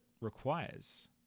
requires